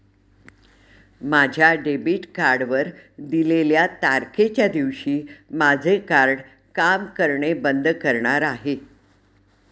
माझ्या डेबिट कार्डवर दिलेल्या तारखेच्या दिवशी माझे कार्ड काम करणे बंद करणार आहे